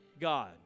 God